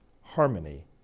harmony